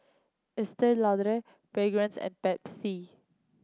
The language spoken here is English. Estee Lauder Fragrance and Pepsi